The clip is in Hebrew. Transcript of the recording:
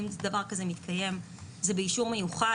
אם דבר כזה מתקיים זה באישור מיוחד